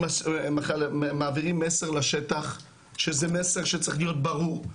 מעבירים מסר לשטח שצריך להיות ברור,